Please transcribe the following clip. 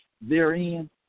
therein